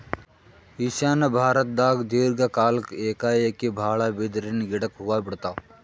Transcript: ಈಶಾನ್ಯ ಭಾರತ್ದಾಗ್ ದೀರ್ಘ ಕಾಲ್ಕ್ ಏಕಾಏಕಿ ಭಾಳ್ ಬಿದಿರಿನ್ ಗಿಡಕ್ ಹೂವಾ ಬಿಡ್ತಾವ್